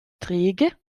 träge